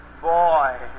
boy